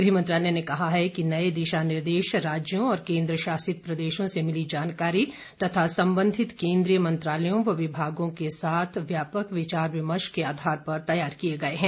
गृह मंत्रालय ने कहा है कि नये दिशा निर्देश राज्यों और केन्द्र शासित प्रदेशों से मिली जानकारी और संबंधित केन्द्रीय मंत्रालयों तथा विभागों के साथ व्यापक विचार विमर्श के आधार पर तैयार किये गये हैं